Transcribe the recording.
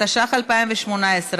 התשע"ח 2018,